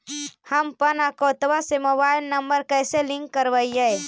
हमपन अकौउतवा से मोबाईल नंबर कैसे लिंक करैइय?